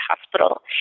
Hospital